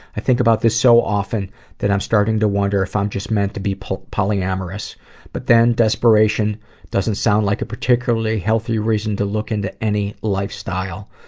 i think about this so often that i'm starting to wonder if i'm just meant to be polyamorous but then, desperation doesn't sound like a particularly healthy reason to look into any lifestyle.